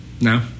No